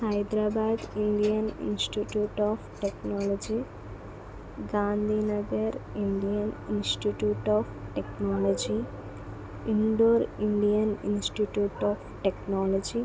Hyderabad Indian Institute of Technology Gandhi Nagar Indian Institute of Technology Indore Indian Institute of technology